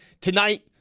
tonight